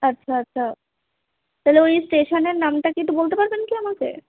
আচ্ছা আচ্ছা তালে ওই স্টেশানের নামটা কী একটু বলতে পারবেন কি আমাকে